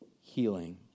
healing